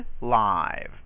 live